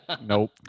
Nope